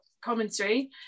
commentary